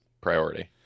priority